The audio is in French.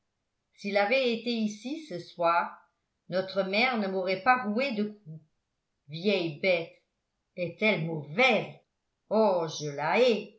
s'il avait été ici ce soir notre mère ne m'aurait pas roué de coups vieille bête est-elle mauvaise